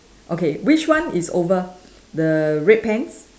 okay which one is over the red pants